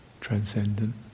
transcendent